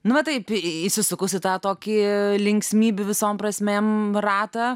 nu va taip įsisukus į tą tokį linksmybių visom prasmėm ratą